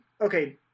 okay